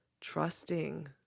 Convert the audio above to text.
trusting